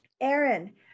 Aaron